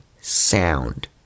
sound